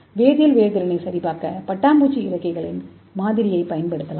வேதியியல் உணர்திறனை சரிபார்க்க பட்டாம்பூச்சி இறக்கைகளின் மாதிரியைப் பயன்படுத்தலாம்